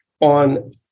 on